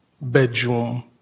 bedroom